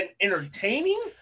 entertaining